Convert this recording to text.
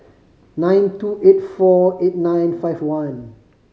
nine two eight four eight nine five one